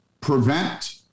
prevent